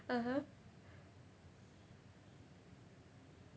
(uh huh)